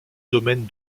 domaine